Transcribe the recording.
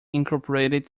incorporated